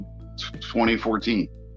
2014